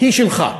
היא שלך,